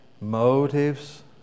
Motives